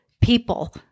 people